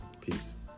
Peace